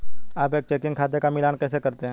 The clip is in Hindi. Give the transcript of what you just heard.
आप एक चेकिंग खाते का मिलान कैसे करते हैं?